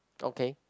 okay